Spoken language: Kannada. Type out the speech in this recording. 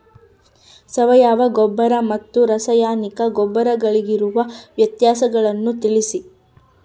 ಸಾವಯವ ಗೊಬ್ಬರ ಮತ್ತು ರಾಸಾಯನಿಕ ಗೊಬ್ಬರಗಳಿಗಿರುವ ವ್ಯತ್ಯಾಸಗಳನ್ನು ತಿಳಿಸಿ?